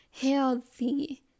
healthy